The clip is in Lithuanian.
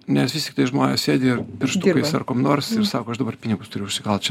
nes vis tiktai žmonės sėdi ir pirštukais ar kuom nors ir sako aš dabar pinigus turiu užsikalt čia